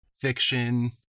Fiction